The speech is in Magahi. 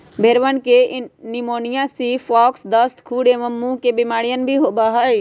भेंड़वन के निमोनिया, सीप पॉक्स, दस्त, खुर एवं मुँह के बेमारियन भी होबा हई